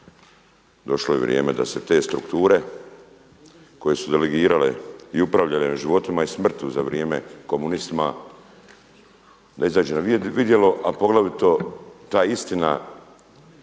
došlo je vrijeme da se te strukture koje su delegirale i upravljale životima i smrti za vrijeme komunistima da izađe na vidjelo a poglavito ta istina